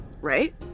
right